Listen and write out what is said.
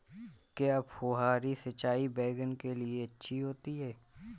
क्या फुहारी सिंचाई बैगन के लिए अच्छी होती है?